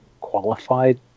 qualified